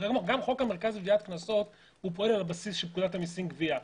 גם חוק המרכז לגביית קנסות הוא פועל על בסיס פקודת המיסים גבייה.